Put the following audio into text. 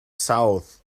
south